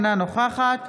אינה נוכחת